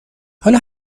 حالا